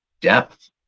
depth